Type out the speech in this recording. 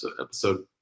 episode